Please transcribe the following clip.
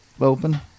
open